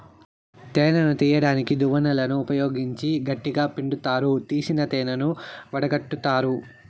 తేనెను తీయడానికి దువ్వెనలను ఉపయోగించి గట్టిగ పిండుతారు, తీసిన తేనెను వడగట్టుతారు